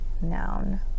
noun